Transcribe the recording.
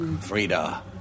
Frida